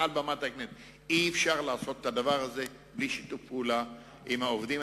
מעל במת הכנסת: אי-אפשר לעשות את זה בלי שיתוף פעולה עם העובדים.